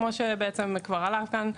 כמו שכבר עלה כאן,